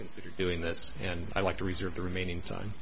considered doing this and i like to reserve the remaining time